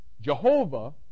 jehovah